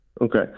Okay